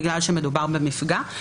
בגלל שמדובר במפגע.